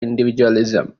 individualism